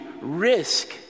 risk